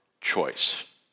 choice